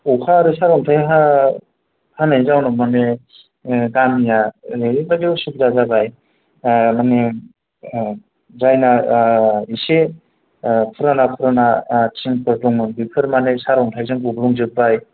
अखा आरो सार'न्थाय हा हानायनि जाउनाव मानि गामिया ओरैबायदि उसुबिदा जाबाय ओ मानि जायना एसे पुराना पुराना थिंफोर दंमोन बेफोर मानि सारन्थायजों गब्लंजोबबाय